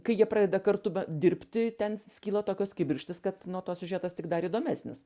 kai jie pradeda kartu dirbti ten skyla tokios kibirkštys kad nuo to siužetas tik dar įdomesnis